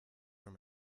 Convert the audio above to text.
from